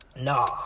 Nah